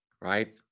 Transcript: right